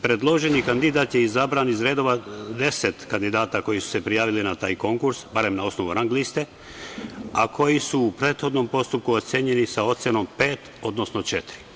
Predloženi kandidat je izabran iz redova deset kandidata koji su se prijavili na taj konkurs, barem na osnovu rang-liste, a koji su u prethodnom postupku ocenjeni sa ocenom „pet“, odnosno „četiri“